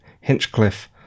Hinchcliffe